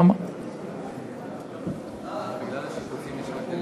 אדוני היושב-ראש,